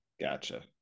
gotcha